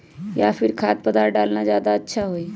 या फिर खाद्य पदार्थ डालना ज्यादा अच्छा होई?